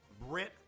Brent